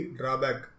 drawback